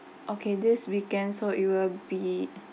okay this weekend so it will be